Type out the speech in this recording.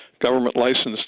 government-licensed